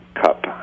Cup